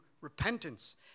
repentance